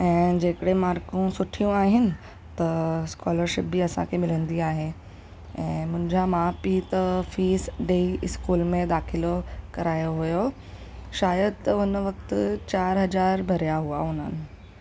ऐं जे कड़े मार्कूं सुठियूं आहिनि त स्कॉलरशिप बि असांखे मिलंदी आहे ऐं मुंहिंजा माउ पीउ त फीस ॾेइ स्कूल में दाख़िलो करायो हुयो शायदि त हुन वक़्ति चारि हज़ार भरिया हुआ हुननि